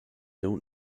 don’t